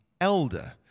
elder